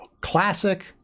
classic